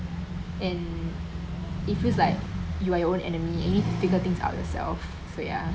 and it feels like you are your own enemy you need to figure things out yourself so ya